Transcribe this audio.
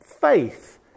Faith